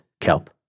kelp